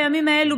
בימים האלו,